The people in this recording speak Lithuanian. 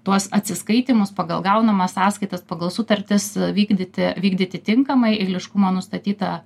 tuos atsiskaitymus pagal gaunamas sąskaitas pagal sutartis vykdyti vykdyti tinkamai eiliškumą nustatyta